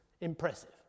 Impressive